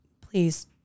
please